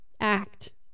act